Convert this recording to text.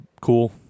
cool